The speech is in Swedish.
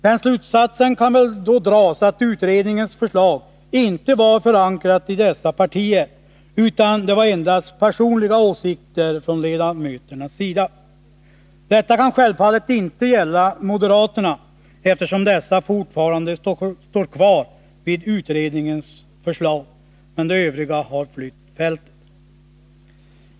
Den slutsatsen kan väl då dras att utredningens förslag inte var förankrat i dessa partier, utan det var endast personliga åsikter från ledamöternas sida. Detta kan självfallet inte gälla moderaterna, eftersom dessa fortfarande står kvar vid utredningens förslag, men de övriga har flytt fältet.